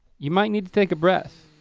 you might need to take a breath.